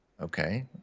Okay